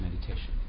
meditation